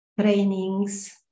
trainings